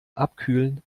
abkühlen